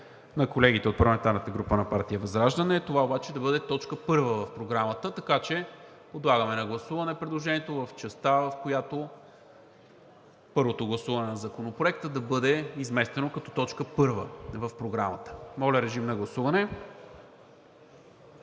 партия ВЪЗРАЖДАНЕ – това обаче да бъде точка първа в Програмата. Така че подлагам на гласуване предложението в частта, в която първото гласуване на Законопроекта да бъде изместено като точка първа в Програмата. Гласували